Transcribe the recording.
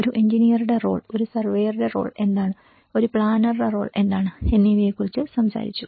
ഒരു എഞ്ചിനീയറുടെ റോൾ ഒരു സർവേയറുടെ റോൾ എന്താണ് ഒരു പ്ലാനറുടെ റോൾ എന്താണ് എന്നിവയെക്കുറിച്ചു സംസാരിച്ചു